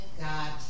God